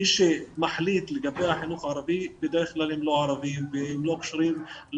מי שמחליט לגבי החינוך הערבי בדרך כלל הם לא ערבים ולא קשורים,